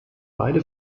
beide